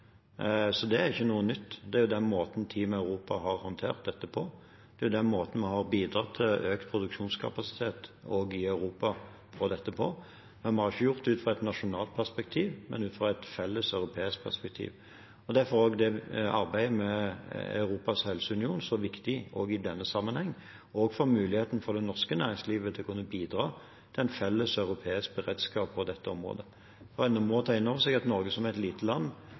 Så det er ikke noe nytt. Det er den måten Team Europa har håndtert dette på. Det er den måten vi har bidratt til økt produksjonskapasitet på også i Europa. Vi har ikke gjort det ut fra et nasjonalt perspektiv, men ut fra et felles europeisk perspektiv. Derfor er arbeidet med en europeisk helseunion så viktig i denne sammenheng – og også for muligheten for det norske næringslivet til å kunne bidra til en felles europeisk beredskap på dette området. Man må ta inn over seg at Norge som et lite land